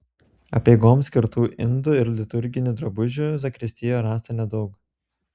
apeigoms skirtų indų ir liturginių drabužių zakristijoje rasta nedaug